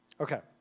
Okay